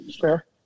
fair